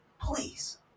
please